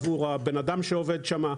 עבור הבן אדם שעובד שם,